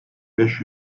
beş